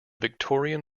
victorian